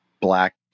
black